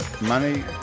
money